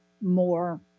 more